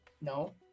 No